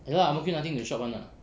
anyway ang mo kio nothing to shop [one] lah